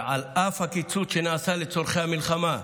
ועל אף הקיצוץ שנעשה לצורכי המלחמה,